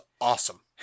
awesome